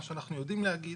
מה שאנחנו יודעים להגיד,